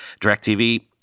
DirecTV